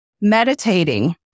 meditating